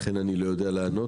לכן אני לא יודע לענות,